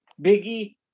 Biggie